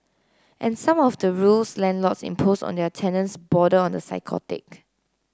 and some of the rules landlords impose on their tenants border on the psychotic